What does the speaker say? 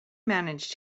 manage